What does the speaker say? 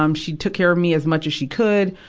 um she took care of me as much as she could.